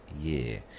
year